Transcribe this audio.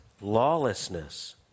lawlessness